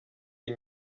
iyi